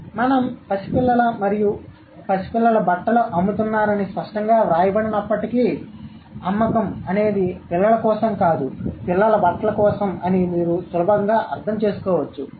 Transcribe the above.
కాబట్టి మనం పసిపిల్లల మరియు పసిపిల్లల బట్టలు అమ్ముతున్నామని స్పష్టంగా వ్రాయబడనప్పటికీ అమ్మకం అనేది పిల్లల కోసం కాదు పిల్లల బట్టల కోసం అని మీరు సులభంగా అర్థం చేసుకోవచ్చు